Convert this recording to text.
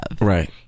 Right